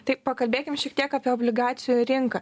tai pakalbėkim šiek tiek apie obligacijų rinką